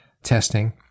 testing